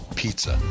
pizza